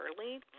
early